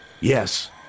Yes